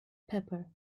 pepper